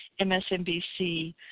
MSNBC